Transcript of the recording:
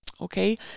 Okay